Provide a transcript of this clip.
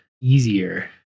easier